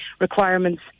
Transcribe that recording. requirements